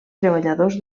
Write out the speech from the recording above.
treballadors